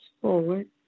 forward